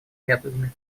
методами